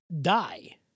die